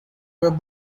web